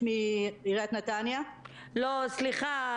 סליחה,